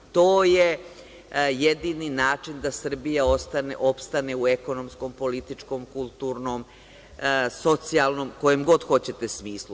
To je jedini način da Srbija opstane u ekonomskom, političkom, kulturno, socijalnom, kojem god hoćete smislu.